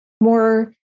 more